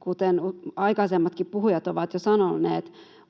kuten aikaisemmatkin puhujat ovat jo sanoneet